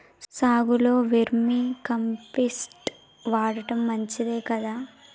సాగులో vermicompost వాడటం మంచిదే కదా?